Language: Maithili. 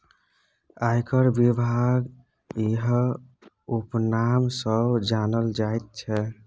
आयकर विभाग इएह उपनाम सँ जानल जाइत छै